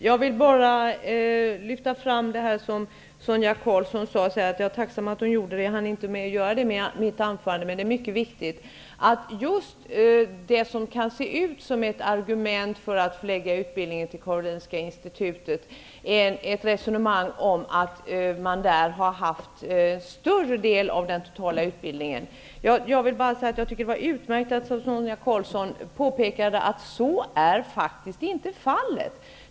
Herr talman! Jag vill bara lyfta fram det som Sonia Karlsson sade, att just det som kan se ut som ett argument för att förlägga utbildningen till Karolinska institutet är ett resonemang om att man där har haft större delen av den totala utbildningen. Det var utmärkt att Sonia Karlsson påpekade att så faktiskt inte är fallet.